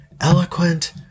eloquent